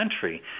country